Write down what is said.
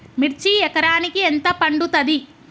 మిర్చి ఎకరానికి ఎంత పండుతది?